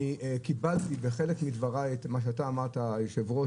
אני קיבלתי בחלק מדבריי את מה שאתה אמרת היושב-ראש,